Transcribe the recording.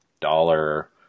dollar